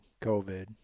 covid